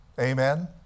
Amen